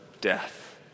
death